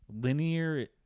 linear